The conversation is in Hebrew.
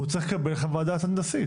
הוא צריך לקבל חוות דעת הנדסית.